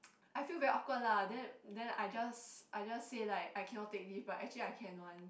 I feel very awkward lah then then I just I just say like I cannot take leave but actually I can one